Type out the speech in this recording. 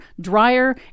drier